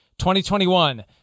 2021